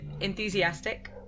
enthusiastic